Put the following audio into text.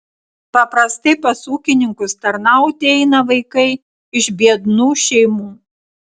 paprastai pas ūkininkus tarnauti eina vaikai iš biednų šeimų